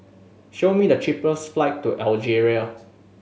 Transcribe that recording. show me the cheapest flight to Algeria